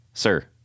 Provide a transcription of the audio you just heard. Sir